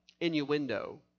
innuendo